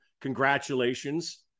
Congratulations